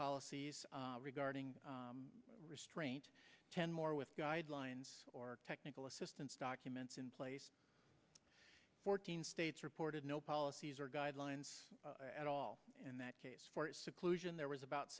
policies regarding restraint ten more with guidelines or technical assistance documents in fourteen states reported no policies or guidelines at all in that case for seclusion there was about